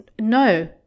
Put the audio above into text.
no